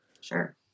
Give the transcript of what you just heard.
Sure